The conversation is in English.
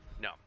No